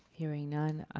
hearing none,